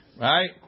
Right